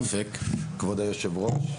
כבוד היושב ראש,